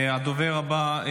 הדובר הבא,